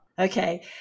Okay